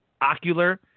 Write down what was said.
Ocular